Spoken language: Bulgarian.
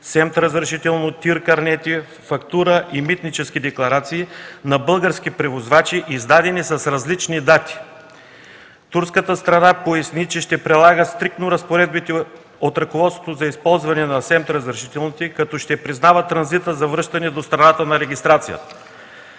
СЕМТ разрешително, ТИР карнети, фактура и митнически декларации на български превозвачи, издадени с различни дати. Турската страна поясни, че ще прилага стриктно разпоредбите от ръководството за използване на СЕМТ разрешителните, като ще признава транзита за връщане до страната на регистрацията.